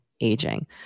aging